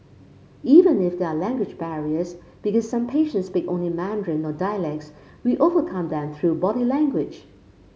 even if there are language barriers because some patients speak only Mandarin or dialects we overcome them through body language